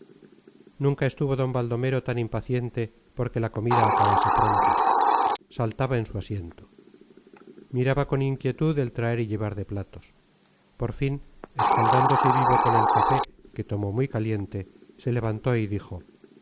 nunca estuvo d baldomero tan impaciente porque la comida acabase pronto saltaba en su asiento miraba con inquietud el traer y llevar de platos por fin escaldándose vivo con el café que tomó muy caliente se levantó y dijo